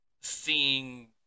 seeing